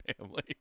family